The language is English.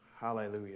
Hallelujah